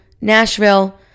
Nashville